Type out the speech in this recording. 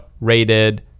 rated